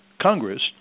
Congress